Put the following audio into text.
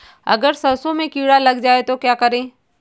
अगर सरसों में कीड़ा लग जाए तो क्या करें?